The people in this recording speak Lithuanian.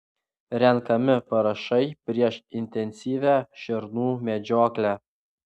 renkami parašai prieš intensyvią šernų medžioklę